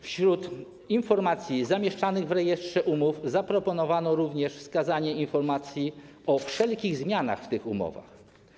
Wśród informacji zamieszczanych w rejestrze umów zaproponowano również wskazanie informacji o wszelkich zmianach w tych umowach.